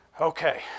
Okay